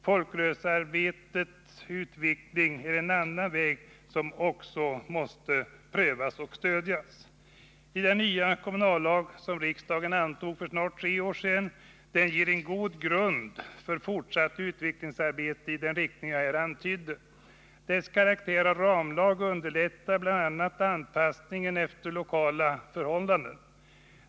Folkrörelsearbetets utveckling är en annan väg som också måste prövas och stödjas. Den nya kommunallag som riksdagen antog för snart tre år sedan ger en god grund för fortsatt utvecklingsarbete i den riktning som jag här antytt. Dess karaktär av ramlag underlättar bl.a. anpassningen efter lokala förhållanden.